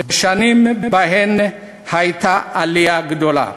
בשנים שבהן הייתה עלייה גדולה.